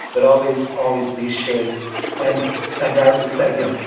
but always, always these shades and and that was that, you know,